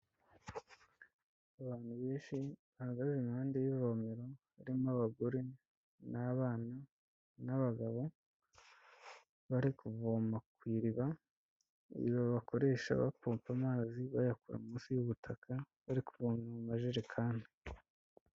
Abantu benshi bahagarara impande y'ivomero harimo abagore n’abana n'abagabo bari kuvoma ku iriba iyo bakoresha bapompa amazi bayakura munsi y'ubutaka, bari kuvoma mu majerekani.